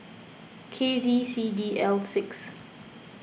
K Z C D L six